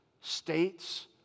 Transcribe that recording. states